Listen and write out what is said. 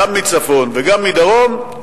גם מצפון וגם מדרום,